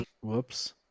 Whoops